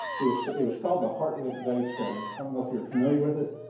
it was it was called the hartwick day study. i don't know if you're familiar with it,